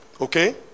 okay